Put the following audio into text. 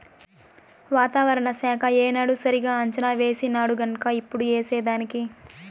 వాతావరణ శాఖ ఏనాడు సరిగా అంచనా వేసినాడుగన్క ఇప్పుడు ఏసేదానికి